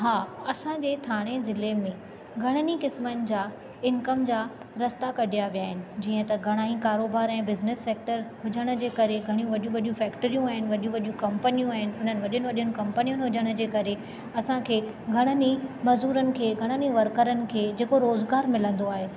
हा असांजे ठाणे जिले में घणनि ई किस्मनि जा इंकम जा रस्ता कढिया विया आहिनि जीअं त घणा ई कारोबार ऐं बिज़निस सेक्टर हुजण जे करे घणियूं वॾियूं वॾियूं फैक्टरियूं आहिनि वडियूं वॾियूं कंपनियूं आहिनि उननि वॾीनि वॾीनि कंपनीयुनि हुजण जे करे असांखे घणनि ई मज़दुरनि खे घणनि ई वर्करनि खे जेको रोज़गार मिलंदो आहे